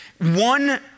one